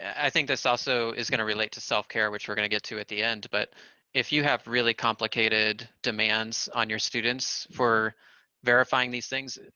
i think this also is gonna relate to self care which we're going to get to at the end, but if you have really complicated demands on your students for verifying these things,